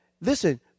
listen